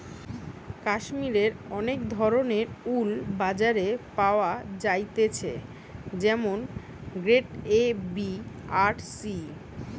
কাশ্মীরের অনেক ধরণের উল বাজারে পাওয়া যাইতেছে যেমন গ্রেড এ, বি আর সি